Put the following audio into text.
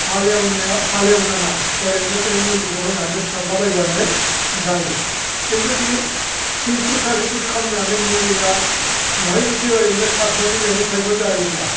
हालेवनाया हालेवनाङा ओरैनो बे मुलिखौ होनानै सारलाबायबानो जायो खिन्तु बे थिन फित सारि फित खालामनानै मुलिया बेवहाय जुदि ओरैनो सारनानै मैगं थाइगं जायोब्ला